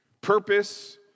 Purpose